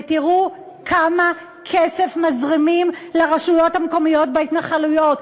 ותראו כמה כסף מזרימים לרשויות המקומיות בהתנחלויות,